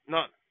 None